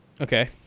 Okay